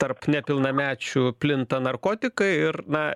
tarp nepilnamečių plinta narkotikai ir na